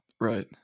right